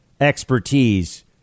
expertise